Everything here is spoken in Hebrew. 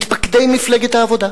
מתפקדי מפלגת העבודה,